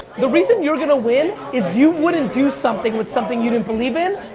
the reason you're going to win, is you wouldn't do something with something you didn't believe in.